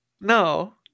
no